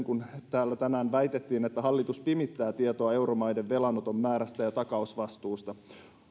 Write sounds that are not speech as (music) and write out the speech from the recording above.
(unintelligible) kun täällä tänään väitettiin että hallitus pimittää tietoa euromaiden velanoton määrästä ja takausvastuusta